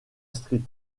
street